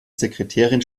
sekretärin